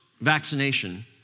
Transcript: vaccination